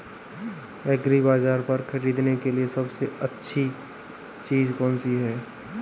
एग्रीबाज़ार पर खरीदने के लिए सबसे अच्छी चीज़ कौनसी है?